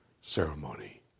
ceremony